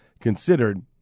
considered